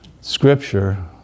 scripture